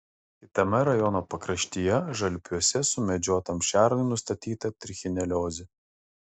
kitame rajono pakraštyje žalpiuose sumedžiotam šernui nustatyta trichineliozė